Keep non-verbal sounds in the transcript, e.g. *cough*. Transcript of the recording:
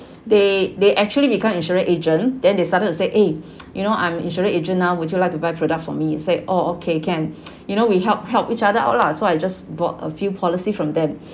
they they actually become insurance agent then they started to say eh *noise* you know I'm insurance agent now would you like to buy products from me it's like oh okay can *noise* you know we help help each other out lah so I just bought a few policy from them